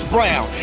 Brown